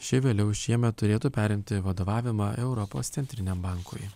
ši vėliau šiemet turėtų perimti vadovavimą europos centriniam bankui